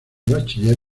bachiller